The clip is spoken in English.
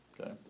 Okay